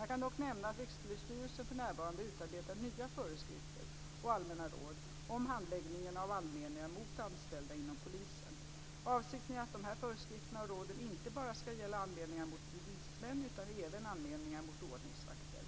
Jag kan dock nämna att Rikspolisstyrelsen för närvarande utarbetar nya föreskrifter och allmänna råd om handläggningen av anmälningar mot anställda inom polisen. Avsikten är att dessa föreskrifter och råd inte bara ska gälla anmälningar mot polismän utan även anmälningar mot ordningsvakter.